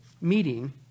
meeting